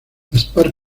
gaspar